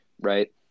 right